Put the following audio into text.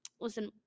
listen